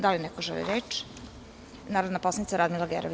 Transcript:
Da li neko želi reč? (Da) Reč ima narodna poslanica Radmila Gerov.